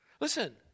Listen